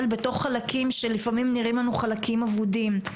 בתוך חלקים שלפעמים נראים לנו חלקים אבודים.